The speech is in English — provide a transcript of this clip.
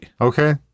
Okay